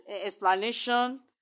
explanation